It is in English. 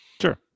Sure